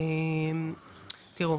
תראו,